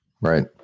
Right